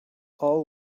all